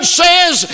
says